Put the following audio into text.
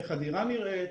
איך הדירה נראית?